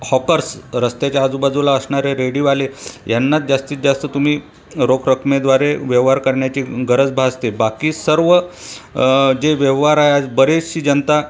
hawkers रस्त्याच्या आजूबाजूला असणारे रेडीवाले यांना जास्तीत जास्त तुम्ही रोख रकमेद्वारे व्यवहार करण्याची गरज भासते बाकी सर्व जे व्यवहार आहेत बरीचशी जनता